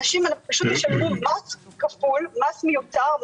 אנשים ישלמו מס מיותר,